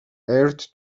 aired